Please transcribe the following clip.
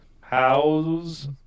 How's